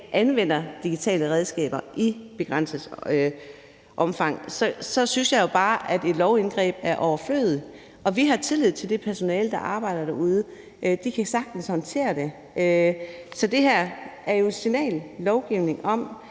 anvender digitale redskaber i begrænset omfang, så synes jeg jo bare, at et lovindgreb er overflødigt. Og vi har tillid til det personale, der arbejder derude, og at de sagtens kan håndtere det. Så det her er jo signallovgivning